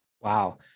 Wow